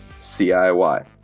CIY